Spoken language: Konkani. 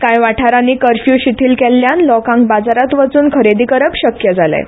काय वाठारांनी कर्फ्यू सदळ केल्ल्यान लोकांक बाजारांत वचून खरेदी करप शक्य जालें